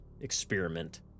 experiment